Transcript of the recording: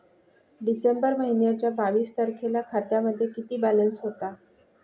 डिसेंबर महिन्याच्या बावीस तारखेला खात्यामध्ये किती बॅलन्स होता?